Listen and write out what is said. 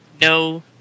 No